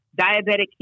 diabetic